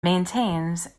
maintains